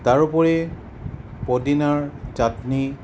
তাৰোপৰি পদিনাৰ ছাটনি